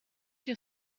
your